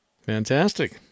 Fantastic